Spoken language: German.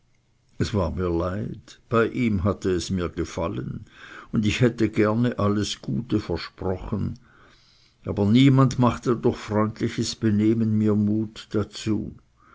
es war mir leid bei ihm hatte es mir gefallen und ich hätte gerne alles gute versprochen aber niemand machte durch freundliches benehmen mir mut dazu